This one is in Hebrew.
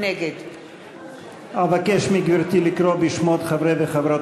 נגד אבקש מגברתי לקרוא בשמות חברי וחברות